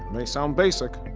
may sound basic,